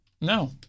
No